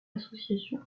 associations